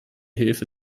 hilfe